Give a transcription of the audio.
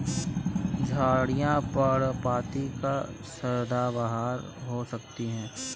झाड़ियाँ पर्णपाती या सदाबहार हो सकती हैं